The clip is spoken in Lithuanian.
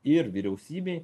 ir vyriausybei